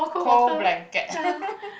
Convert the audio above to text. cold blanket